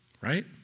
Right